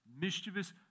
mischievous